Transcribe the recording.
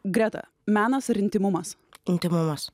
greta menas ar intymumas intymumas